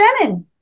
Shannon